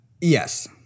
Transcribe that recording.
Yes